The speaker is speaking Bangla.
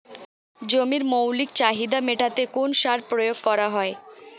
জমির মৌলিক চাহিদা মেটাতে কোন সার প্রয়োগ করা হয়?